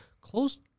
close